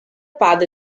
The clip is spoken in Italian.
padre